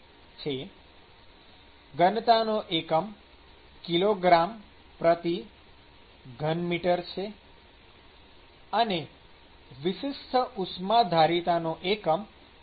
K છે ઘનતાનો એકમ કિગ્રામી3 kgm3 છે અને વિશિષ્ટ ઉષ્માધારિતાનો એકમ જૂલકિગ્રા